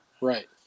Right